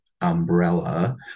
umbrella